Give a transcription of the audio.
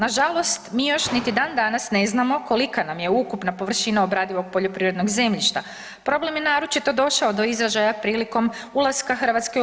Nažalost, mi još niti dandanas ne znamo kolika nam je ukupna površina obradivog poljoprivrednog zemljišta, problem je naročito došao do izražaja prilikom ulaska Hrvatske u EU.